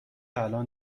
الان